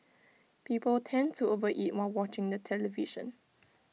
people tend to over eat while watching the television